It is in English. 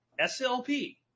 SLP